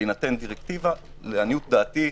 בהינתן דירקטיבה, לעניות דעתי,